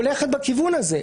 וגם היא הולכת בכיוון הזה.